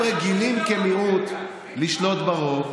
ונכון, אתם רגילים כמיעוט לשלוט ברוב,